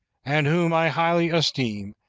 and whom i highly esteem,